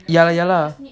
ya lah ya lah